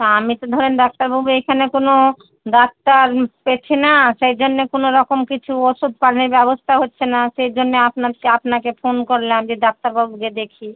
তা আমি তো ধরেন ডাক্তারবাবু এখানে কোনো ডাক্তার দেখে না সেই জন্যে কোনো রকম কিছু ওষুধ পানের ব্যবস্থা হচ্ছে না সেই জন্যে আপনে আপনাকে ফোন করলাম যে ডাক্তারবাবুকে দেখি